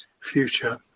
future